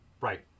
Right